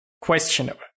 questionable